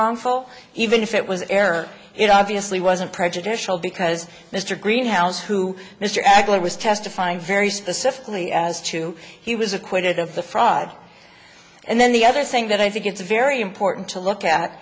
wrongful even if it was error it obviously wasn't prejudicial because mr greenhouse who mr adler was testifying very specifically as to he was acquitted of the fraud and then the other thing that i think it's very important to look at